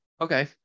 Okay